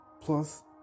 Plus